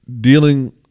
dealing